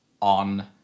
On